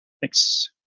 Thanks